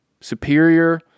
superior